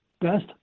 best